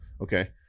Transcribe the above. Okay